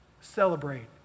celebrate